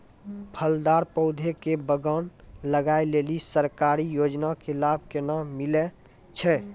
फलदार पौधा के बगान लगाय लेली सरकारी योजना के लाभ केना मिलै छै?